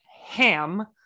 ham